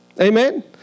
Amen